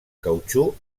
cautxú